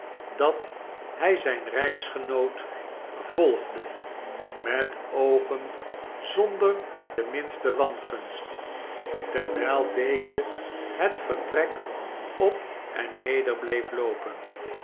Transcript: dat hy zijn reisgenoot volgde met oogen zonder de rainste wangunst terwjjl deze het vertrek op en neder bleef loopen